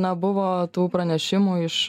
na buvo tų pranešimų iš